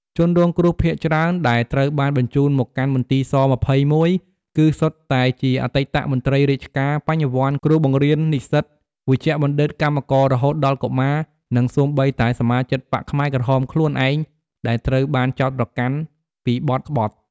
ជនរងគ្រោះភាគច្រើនដែលត្រូវបានបញ្ជូនមកកាន់មន្ទីរស-២១ គឺសុទ្ធតែជាអតីតមន្ត្រីរាជការ បញ្ញវន្ត គ្រូបង្រៀន និស្សិត វេជ្ជបណ្ឌិត កម្មករ រហូតដល់កុមារ និងសូម្បីតែសមាជិកបក្សខ្មែរក្រហមខ្លួនឯងដែលត្រូវបានចោទប្រកាន់ពីបទក្បត់។